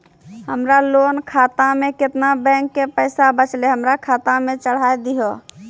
हमरा लोन खाता मे केतना बैंक के पैसा बचलै हमरा खाता मे चढ़ाय दिहो?